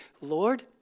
Lord